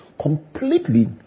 completely